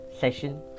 session